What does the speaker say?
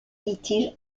litiges